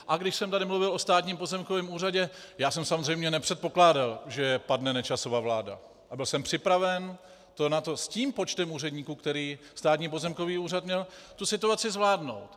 A když jsem tady mluvil o Státním pozemkovém úřadě, já jsem samozřejmě nepředpokládal, že padne Nečasova vláda, a byl jsem připraven s tím počtem úředníků, který Státní pozemkový úřad měl, situaci zvládnout.